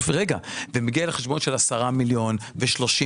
שקלים ומגיע לחשבונות של 10 מיליון שקלים,